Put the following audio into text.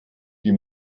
die